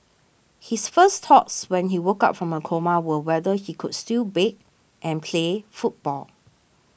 his first thoughts when he woke up from a coma were whether he could still bake and play football